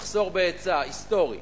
מחסור בהיצע, היסטורי,